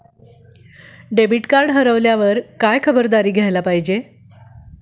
Debit card हरवल्यावर काय खबरदारी घ्यायला पाहिजे?